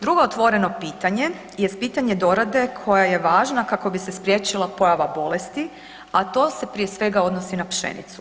Drugo otvoreno pitanje je pitanje dorade koja je važna kako bi se spriječila pojava bolesti, a to se prije svega odnosni na pšenicu.